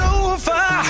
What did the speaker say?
over